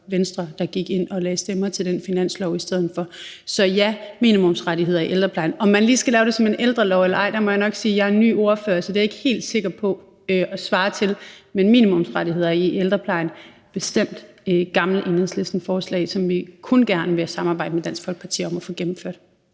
der gik ind og lagde stemmer til den finanslov i stedet for. Så ja til minimumsrettigheder i ældreplejen. Om man lige skal lave det som en ældrelov eller ej, er jeg ikke helt sikker på, da jeg er ny ordfører, men minimumsrettigheder i ældreplejen er bestemt et gammelt Enhedslisteforslag, som vi kun gerne vil samarbejde med Dansk Folkeparti om at få gennemført.